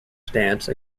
stance